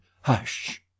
Hush